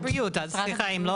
משרד הבריאות, סליחה אם לא